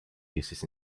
uses